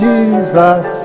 Jesus